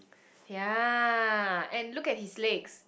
ya and look at his legs